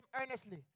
earnestly